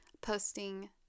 posting